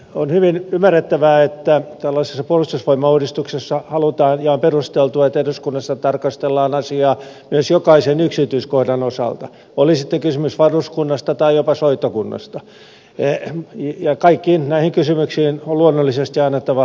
on hyvin ymmärrettävää että tällaisessa puolustusvoimauudistuksessa halutaan ja on perusteltua että eduskunnassa tarkastellaan asiaa myös jokaisen yksityiskohdan osalta oli sitten kysymys varuskunnasta tai jopa soittokunnasta ja kaikkiin näihin kysymyksiin on luonnollisesti annettava vastaukset